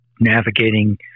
navigating